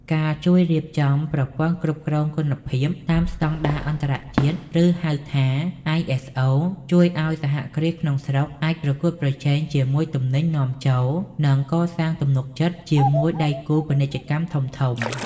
ការជួយរៀបចំប្រព័ន្ធគ្រប់គ្រងគុណភាពតាមស្ដង់ដារអន្តរជាតិ ( ឬ ហៅថា ISO) ជួយឱ្យសហគ្រាសក្នុងស្រុកអាចប្រកួតប្រជែងជាមួយទំនិញនាំចូល និងកសាងទំនុកចិត្តជាមួយដៃគូពាណិជ្ជកម្មធំៗ។